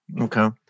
Okay